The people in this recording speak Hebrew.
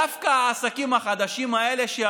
דווקא העסקים החדשים האלה,